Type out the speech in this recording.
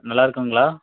நல்லாருக்குங்களா